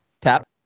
Tap